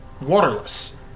Waterless